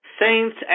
saints